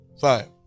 Five